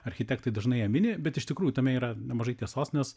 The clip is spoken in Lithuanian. architektai dažnai ją mini bet iš tikrųjų tame yra nemažai tiesos nes